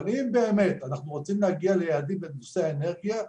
אבל אם באמת אנחנו רוצים להגיע ליעדים בנושא האנרגיה,